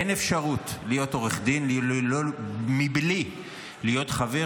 אין אפשרות להיות עורך דין בלי להיות חבר